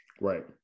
Right